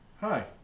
Hi